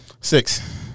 Six